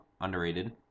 underrated